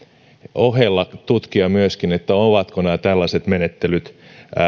ohella myöskin tutkia ovatko nämä tällaiset menettelyt